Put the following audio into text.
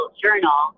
journal